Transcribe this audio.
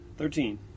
Thirteen